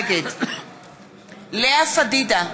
נגד לאה פדידה,